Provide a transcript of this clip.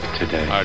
today